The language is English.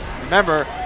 Remember